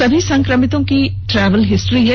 सभी संक्रमितों की ट्रैवल हिस्ट्री है